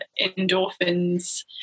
endorphins